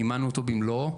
מימנו אותו במלואו,